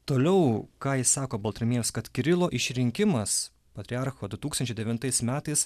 toliau ką jis sako baltramiejus kad kirilo išrinkimas patriarcho du tūkstančiai devintais metais